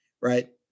right